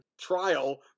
trial